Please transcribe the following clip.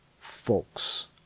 folks